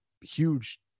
huge